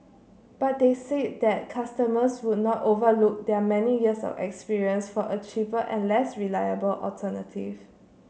but they said that customers would not overlook their many years of experience for a cheaper and less reliable alternative